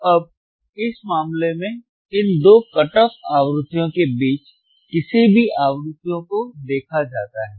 तो अब इस मामले में इन दो कट ऑफ आवृत्तियों के बीच किसी भी आवृत्तियों को देखा जाता है